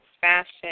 fashion